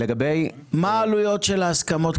מה העלויות של ההסכמות?